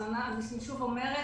אז אני שוב אומרת,